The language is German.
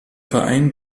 verein